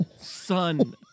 Son